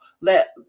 Let